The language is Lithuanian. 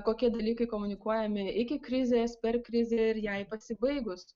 kokie dalykai komunikuojami iki krizės per krizę ir jai pasibaigus